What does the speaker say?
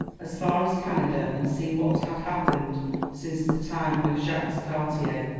as far as canada, and see what had happened since the time of jacques cartier.